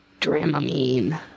Dramamine